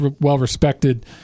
well-respected